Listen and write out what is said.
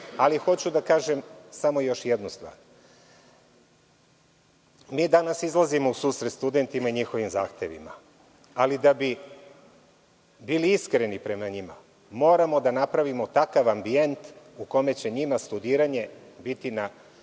ali hoću da kažem još jednu stvar. Mi danas izlazimo u susret studentima i njihovim zahtevima, ali da bi bili iskreni prema njima, moramo da napravimo takav ambijent, u kome će njima studiranje biti na